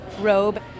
robe